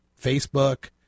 Facebook